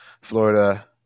Florida